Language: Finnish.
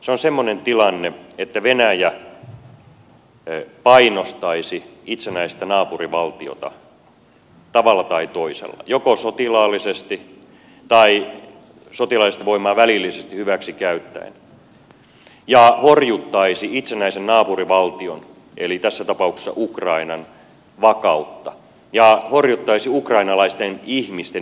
se on semmoinen tilanne että venäjä painostaisi itsenäistä naapurivaltiota tavalla tai toisella joko sotilaallisesti tai sotilaallista voimaa välillisesti hyväksi käyttäen ja horjuttaisi itsenäisen naapurivaltion eli tässä tapauksessa ukrainan vakautta ja horjuttaisi ukrainalaisten ihmisten itsemääräämisoikeutta